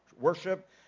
worship